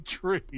tree